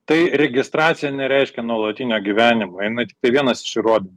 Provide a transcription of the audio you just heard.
tai registracija nereiškia nuolatinio gyvenimo jinai tiktai vienas iš įrodymų